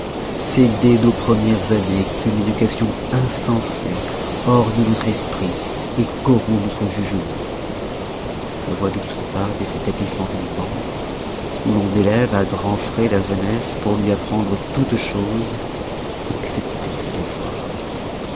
dès nos premières années qu'une éducation insensée orne notre esprit corrompt notre jugement je vois de toutes parts des établissemens immenses où l'on élève à grands frais la jeunesse pour lui apprendre toutes choses excepté ses devoirs